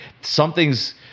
something's